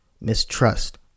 mistrust